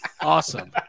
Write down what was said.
Awesome